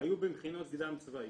היו במכינות קדם צבאיות.